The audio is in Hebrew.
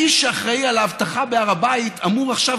האיש שאחראי על האבטחה בהר הבית אמור עכשיו